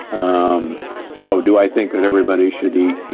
um so, do i think that everybody should eat